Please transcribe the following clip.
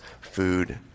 food